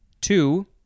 Two